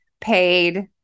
paid